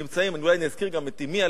אולי אני אזכיר גם את אמי,